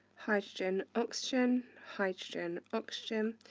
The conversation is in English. hydrogen, oxygen, hydrogen, oxygen,